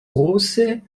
ruse